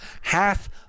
Half